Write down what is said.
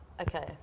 okay